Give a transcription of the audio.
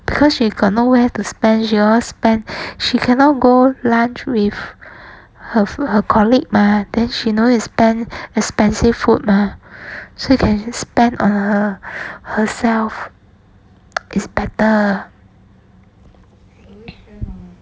cause she got nowhere to spend she all spend she cannot go lunch with her her colleague mah then she no need to spend expensive food mah so she can actually spend on her herself is better